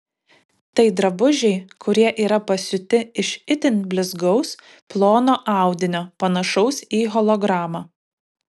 tai drabužiai kurie yra pasiūti iš itin blizgaus plono audinio panašaus į hologramą